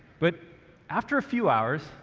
but after a few hours,